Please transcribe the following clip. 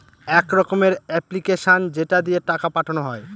এক রকমের এপ্লিকেশান যেটা দিয়ে টাকা পাঠানো হয়